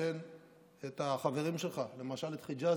שתרסן את החברים שלך, למשל את חיג'אזי.